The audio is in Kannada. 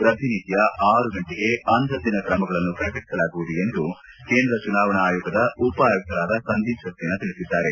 ಪ್ರತಿನಿತ್ಯ ಆರು ಗಂಟೆಗೆ ಅಂದಂದಿನ ಕ್ರಮಗಳನ್ನು ಪ್ರಕಟಿಸಲಾಗುವುದು ಎಂದು ಕೇಂದ್ರ ಚುನಾವಣಾ ಆಯೋಗದ ಉಪ ಆಯುಕ್ತರಾದ ಸಂದೀಪ್ ಸಕ್ಲೇನಾ ತಿಳಿಸಿದ್ದಾರೆ